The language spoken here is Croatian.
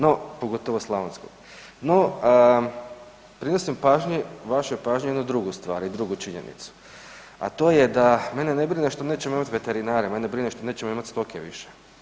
No, pogotovo slavonskog, no pridao sam pažnji, vašoj pažnji jednu drugu stvar i drugu činjenicu, a to je da mene ne brine što nećemo imat veterinare, mene brine što nećemo imat stoke više.